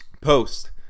post